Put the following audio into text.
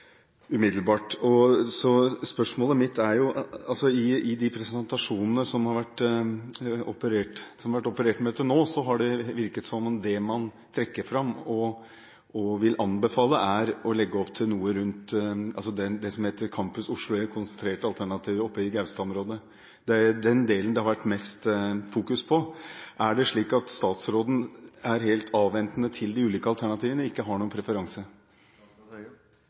umiddelbart. I de presentasjonene som det har vært operert med til nå, har det virket som om det man trekker fram og vil anbefale, er å legge opp til noe rundt det som heter Campus Oslo, et konsentrert alternativ i Gaustad-området. Det er den delen det har vært fokusert mest på. Er det slik at statsråden er helt avventende til de ulike alternativene og ikke har noen